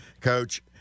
Coach